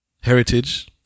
heritage